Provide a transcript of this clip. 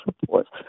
reports